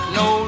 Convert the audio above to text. no